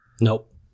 Nope